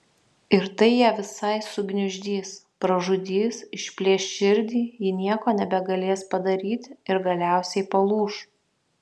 ir tai ją visai sugniuždys pražudys išplėš širdį ji nieko nebegalės padaryti ir galiausiai palūš